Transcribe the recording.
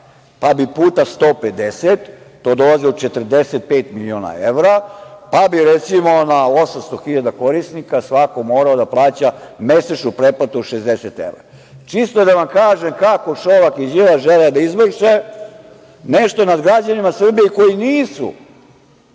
evra puta 150 dolazilo do 45 miliona evra, pa bi recimo na 800 hiljada korisnika svako morao da plaća mesečnu pretplatu od 60 evra. Čisto da vam kažem kako Šolak i Đilas žele da izvrše nešto nad građanima Srbije koji nisu